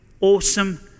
awesome